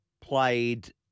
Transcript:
played